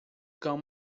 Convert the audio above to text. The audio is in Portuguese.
cão